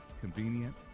convenient